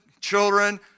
children